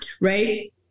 right